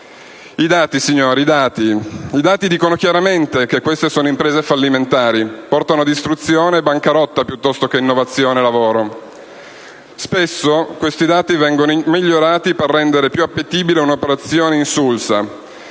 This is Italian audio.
I dati, signori, dicono chiaramente che queste sono imprese fallimentari: portano distruzione e bancarotta piuttosto che innovazione e lavoro. Spesso questi dati vengono migliorati per rendere più appetibile un'operazione insulsa.